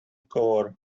core